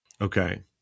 Okay